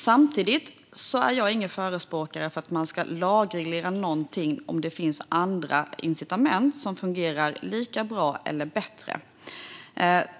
Samtidigt är jag ingen förespråkare för att lagreglera någonting om det finns andra incitament som fungerar lika bra eller bättre.